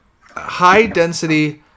high-density